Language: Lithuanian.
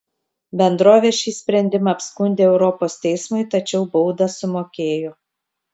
bendrovė šį sprendimą apskundė europos teismui tačiau baudą sumokėjo